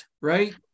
right